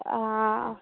हाँ